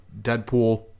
Deadpool